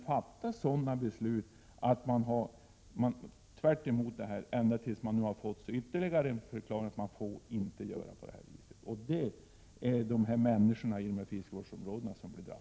fattat beslut som gått tvärtemot reglerna, ända till dess att man nu har fått ytterligare förklaringar om att man inte får göra på det sättet. Det drabbar människorna i dessa fiskevårdsföreningar.